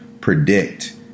predict